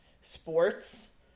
sports